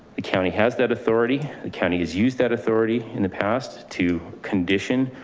the county has that authority. the county has used that authority in the past to condition.